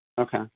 Okay